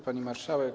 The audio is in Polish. Pani Marszałek!